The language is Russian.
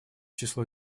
число